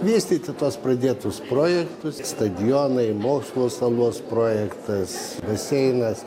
vystyti tuos pradėtus projektus stadionai mokslo salos projektas baseinas